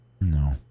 No